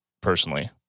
personally